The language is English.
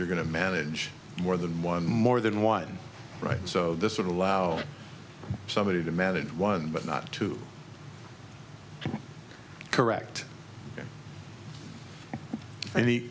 you're going to manage more than one more than one right so this would allow somebody to manage one but not to correct